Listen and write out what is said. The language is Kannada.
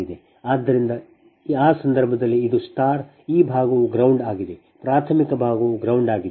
ಆದ್ದರಿಂದ ಆ ಸಂದರ್ಭದಲ್ಲಿ ಇದು ಸ್ಟಾರ್ ಈ ಭಾಗವು ground ಆಗಿದೆ ಪ್ರಾಥಮಿಕ ಭಾಗವು gound ಆಗಿದೆ